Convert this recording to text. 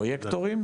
הפרויקטורים?